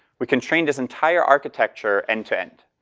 we constrained this entire architecture end-to-end.